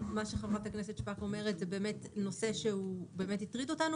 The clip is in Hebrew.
למה שהיא אומרת סוגרת את כל הפינות האלה.